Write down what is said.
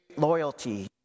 loyalty